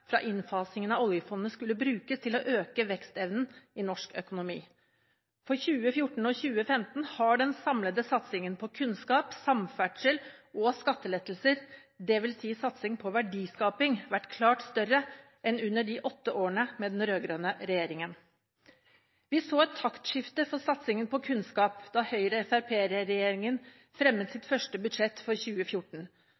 fra innfasingen av oljefondet skulle brukes til å øke vekstevnen i norsk økonomi. For 2014 og 2015 har den samlede satsingen på kunnskap, samferdsel og skattelettelser, dvs. satsing på verdiskaping, vært klart større enn under de åtte årene med den rød-grønne regjeringen. Vi så et taktskifte for satsingen på kunnskap da Høyre–Fremskrittsparti-regjeringen fremmet